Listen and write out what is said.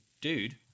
dude